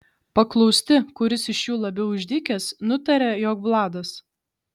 paklausti kuris iš jų labiau išdykęs nutaria jog vladas